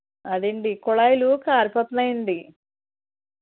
అదే అండి కొళాయిలు కారిపోతున్నాయి అండి